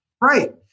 Right